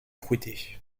fruités